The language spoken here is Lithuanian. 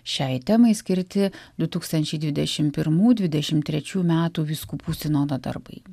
šiai temai skirti du tūkstančiai dvidešim pirmų dvidešim trečių metų vyskupų sinodo darbai